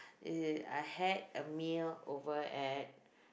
uh I had a meal over at